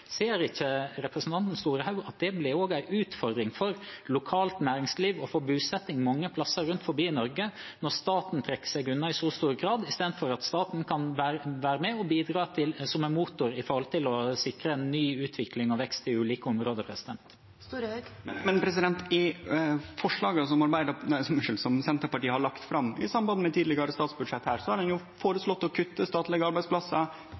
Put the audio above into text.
Ser ikke representanten Storehaug at det også blir en utfordring for lokalt næringsliv og for bosetting mange plasser rundt i Norge når staten trekker seg unna i så stor grad, istedenfor at staten kan være med og bidra som en motor når det gjelder å sikre en ny utvikling og vekst i ulike områder? Men i forslaga som Senterpartiet har lagt fram i samband med tidlegare statsbudsjett,